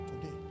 Today